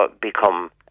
become